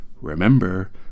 remember